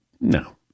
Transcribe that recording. No